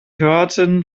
hörten